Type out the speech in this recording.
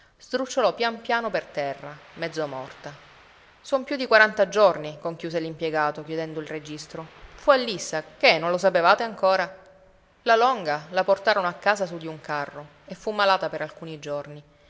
sdrucciolò pian piano per terra mezzo morta son più di quaranta giorni conchiuse l'impiegato chiudendo il registro fu a lissa che non lo sapevate ancora la longa la portarono a casa su di un carro e fu malata per alcuni giorni